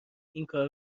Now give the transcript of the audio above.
اینکار